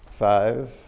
Five